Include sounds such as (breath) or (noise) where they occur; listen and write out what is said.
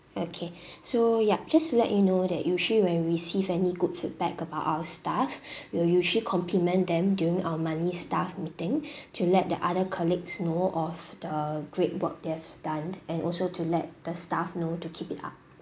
okay (breath) so yup just to let you know that usually when we receive any good feedback about our staff (breath) we'll usually compliment them during our monthly staff meeting (breath) to let the other colleagues know of the great work they've done and also to let the staff know to keep it up